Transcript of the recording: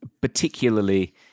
particularly